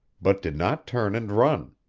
but did not turn and run.